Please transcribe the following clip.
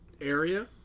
area